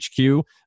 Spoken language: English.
HQ